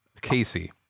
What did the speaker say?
Casey